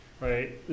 right